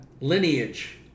lineage